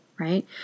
right